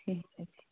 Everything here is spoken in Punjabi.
ਠੀਕ ਐ ਜੀ